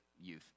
youth